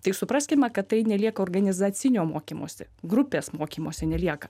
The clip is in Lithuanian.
tai supraskime kad tai nelieka organizacinio mokymosi grupės mokymosi nelieka